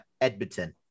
Edmonton